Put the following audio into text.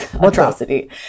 atrocity